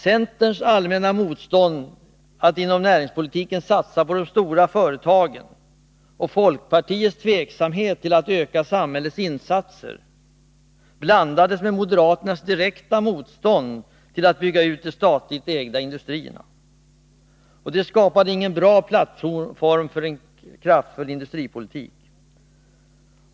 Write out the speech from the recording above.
Centerns allmänna motstånd mot att inom näringspolitiken satsa på de stora företagen och folkpartiets tveksamhet till att öka samhällets insatser blandades med moderaternas direkta motstånd till att bygga ut de statligt ägda industrierna. Det skapade ingen bra plattform för en kraftfull industripolitik.